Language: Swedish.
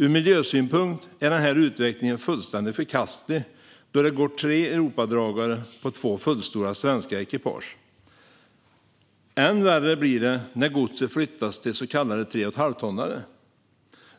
Ur miljösynpunkt är den här utvecklingen fullständigt förkastlig, eftersom det går tre Europadragare på två fullstora svenska ekipage. Ännu värre blir det när gods flyttas till så kallade 3,5-tonnare.